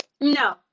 No